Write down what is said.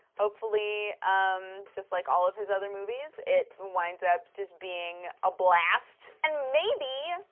hopefully, um, just like all of his other movies, it winds up just being a blast. and maybe.